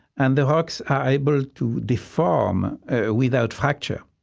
and the rocks are able to deform without fracture,